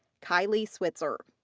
kylee switzer.